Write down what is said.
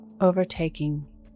overtaking